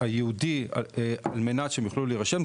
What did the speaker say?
הייעודי על מנת שיוכלו להירשם,